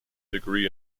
degree